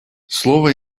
слово